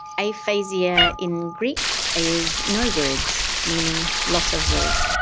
aphasia in greek is no words, meaning loss of words.